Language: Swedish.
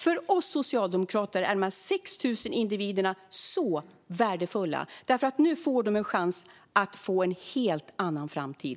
För oss socialdemokrater är dessa 6 000 individer så värdefulla, för nu får de en chans till en helt annan framtid.